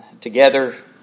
together